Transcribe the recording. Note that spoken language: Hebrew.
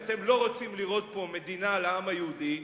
כי אתם לא רוצים לראות פה מדינה לעם היהודי,